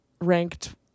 ranked